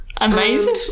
Amazing